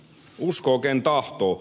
uskoo ken tahtoo